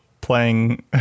playing